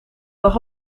lag